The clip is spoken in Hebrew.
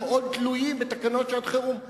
יש חוקים ותקנות שבאמת כרוכים בענייני שעת-חירום,